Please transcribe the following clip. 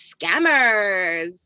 scammers